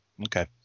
okay